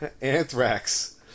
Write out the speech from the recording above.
Anthrax